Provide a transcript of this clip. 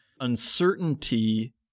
uncertainty